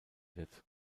wird